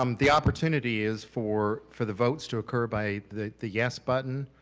um the opportunity is for for the votes to occur by the the yes button,